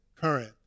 current